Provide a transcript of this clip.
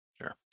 Sure